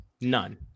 None